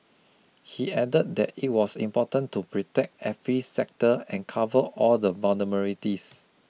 he added that it was important to protect every sector and cover all the vulnerabilities